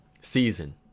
season